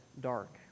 dark